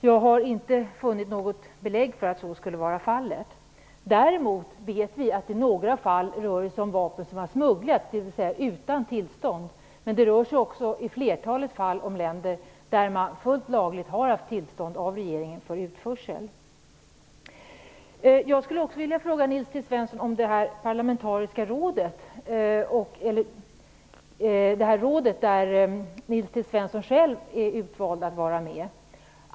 Jag har inte funnit något belägg för att så skulle vara fallet. Däremot vet vi att i några fall rör det sig om vapen som har smugglats, dvs. utan tillstånd. Men det rör sig i flertalet fall om länder där man fullt lagligt har haft tillstånd av regeringen för utförsel. Jag skulle också vilja fråga Nils T Svensson om det parlamentariska rådet, där Nils T Svensson själv är utvald att vara med.